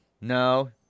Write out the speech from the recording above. No